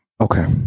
Okay